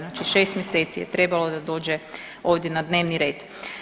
Znači 6 mjeseci je trebalo da dođe ovdje na dnevni red.